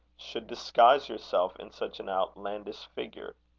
should disguise yourself in such an outlandish figure.